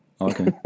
Okay